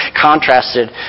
contrasted